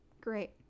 Great